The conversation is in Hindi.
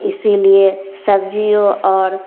इसलिए सब्जियों और